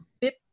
bit